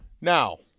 Now